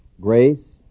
Grace